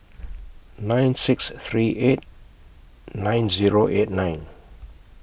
nine six three eight nine Zero eight nine